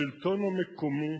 השלטון המקומי